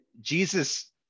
Jesus